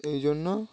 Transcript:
এই জন্য